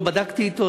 לא בדקתי אתו,